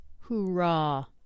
Hoorah